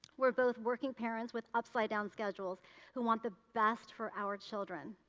we're both working parents with upside down schedules who want the best for our children.